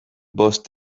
bost